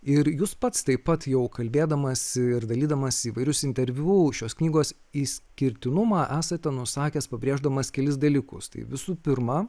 ir jūs pats taip pat jau kalbėdamas ir dalydamas įvairius interviu šios knygos išskirtinumą esate nusakęs pabrėždamas kelis dalykus tai visų pirma